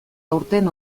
aurten